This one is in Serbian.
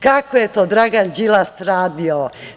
Kako je to Dragan Đilas Radio?